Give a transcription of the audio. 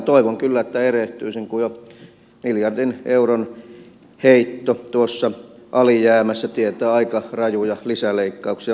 toivon kyllä että erehtyisin kun jo miljardin euron heitto tuossa alijäämässä tietää aika rajuja lisäleikkauksia